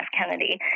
Kennedy